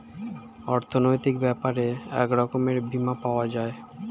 অর্থনৈতিক ব্যাপারে এক রকমের বীমা পাওয়া যায়